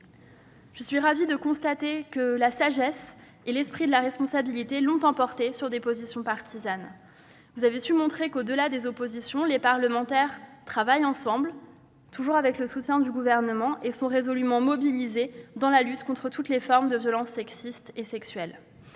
Je suis ravie de constater que la sagesse et l'esprit de responsabilité l'ont emporté sur des positions partisanes. Vous avez su montrer que, au-delà des oppositions, les parlementaires travaillent ensemble, toujours avec le soutien du Gouvernement, et sont résolument mobilisés dans la lutte contre toutes les formes de violences sexistes et sexuelles.